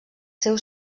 seus